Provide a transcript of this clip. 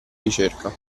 ricerca